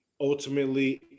ultimately